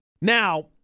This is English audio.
Now